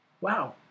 wow